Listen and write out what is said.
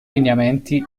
lineamenti